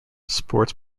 sports